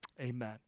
amen